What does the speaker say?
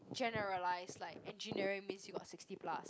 generalise like engineering means you got sixty plus